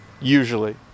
usually